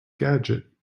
gadget